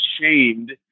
shamed